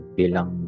bilang